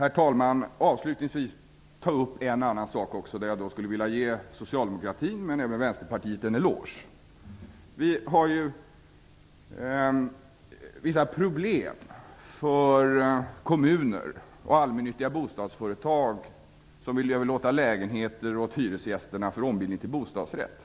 Låt mig avslutningsvis beröra en annan fråga, där jag skulle vilja ge Socialdemokraterna och även Vänsterpartiet en eloge. Det finns vissa problem för kommuner och allmännyttiga bostadsföretag som vill överlåta lägenheter åt hyresgästerna för ombildning till bostadsrätt.